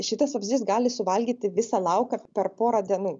šitas vabzdys gali suvalgyti visą lauką per porą dienų